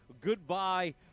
goodbye